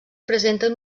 presenten